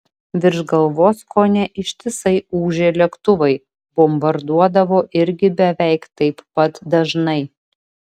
virš galvos kone ištisai ūžė lėktuvai bombarduodavo irgi beveik taip pat dažnai